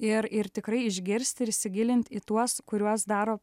ir ir tikrai išgirst ir įsigilint į tuos kuriuos daro